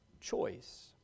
choice